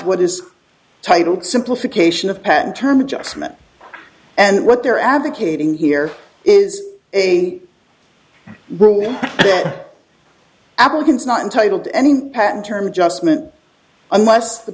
what is titled simplification of patent term adjustment and what they're advocating here is a rule that applicants not entitled to any patent terms just meant unless the